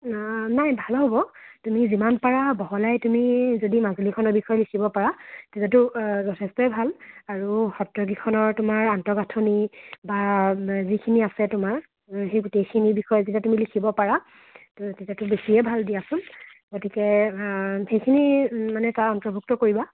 অ' নাই ভাল হ'ব তুমি যিমান পাৰা বহলাই তুমি যদি মাজুলিখনৰ বিষয়ে লিখিব পাৰা তেতিয়াটো যথেষ্টই ভাল আৰু সত্ৰকেইখনৰ তোমাৰ আন্তঃগাঠনি বা যিখিনি আছে তোমাৰ সেই গোটেইখিনি বিষয়ে তেতিয়া তুমি লিখিব পাৰা তেতিয়াতো বেছিয়ে ভাল দিয়াচোন গতিকে সেইখিনি মানে তাৰ অন্তৰ্ভুক্ত কৰিবা